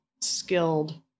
skilled